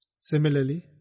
Similarly